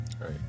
right